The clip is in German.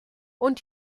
und